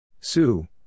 Sue